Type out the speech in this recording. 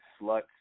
sluts